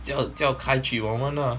叫叫 kyle treat 我们 ah